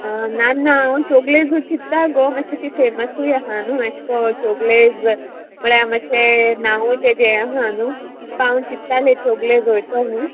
ना ना हांव चोगलेजूय चिंत्ता गो मात्शें ती फेमसूय आहा न्हू अशें गो चोगलेज म्हळ्या मातशें नांवूय ते जे आहा न्हू हांव चिंत्ता हे चोगलेज वयतो न्हू